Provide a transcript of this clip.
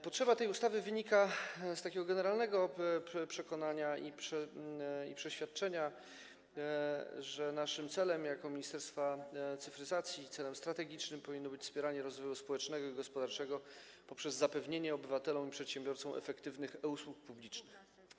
Potrzeba tej ustawy wynika z generalnego przekonania i przeświadczenia, że naszym, jako Ministerstwa Cyfryzacji, celem strategicznym powinno być wspieranie rozwoju społecznego i gospodarczego poprzez zapewnienie obywatelom i przedsiębiorcom efektywnych e-usług publicznych.